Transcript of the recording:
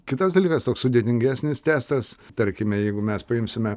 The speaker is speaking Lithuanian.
kitas dalykas toks sudėtingesnis testas tarkime jeigu mes paimsime